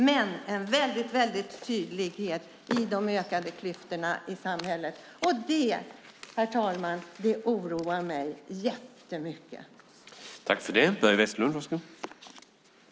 Det är väldigt tydligt att regeringens politik ökar klyftorna i samhället, och det oroar mig jättemycket, herr talman.